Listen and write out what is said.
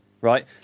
right